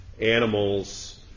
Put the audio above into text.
animals